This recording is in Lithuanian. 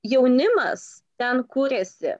jaunimas ten kūrėsi